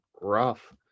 rough